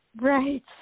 Right